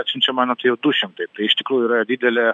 atsiunčiama nu tai jau du šimtai tai iš tikrųjų yra didelė